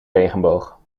regenboog